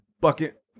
Bucket